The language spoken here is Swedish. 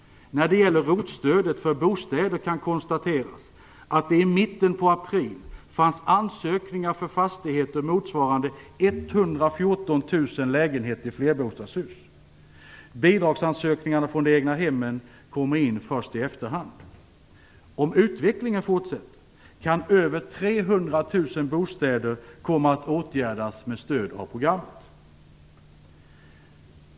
När det gäller ROT-stödet för bostäder kan konstateras att det i mitten på april fanns ansökningar för fastigheter motsvarande 114 000 lägenheter i flerbostadshus. Bidragsansökningar från de egna hemmen kommer in först i efterhand. Om utvecklingen fortsätter kan över 300 000 bostäder komma att åtgärdas med stöd av programmet.